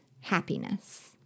happiness